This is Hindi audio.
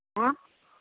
आँय